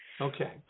Okay